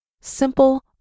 simple